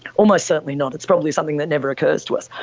almost certainly not. it's probably something that never occurs to us.